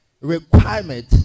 requirement